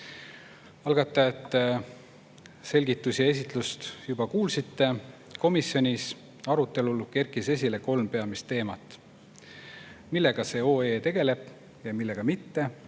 juht. Algatajate selgitusi ja esitlust juba kuulsite. Komisjoni arutelul kerkis esile kolm peamist teemat. Millega see OE tegeleb ja millega mitte?